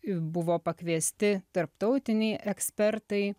buvo pakviesti tarptautiniai ekspertai